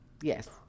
Yes